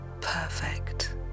perfect